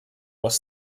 was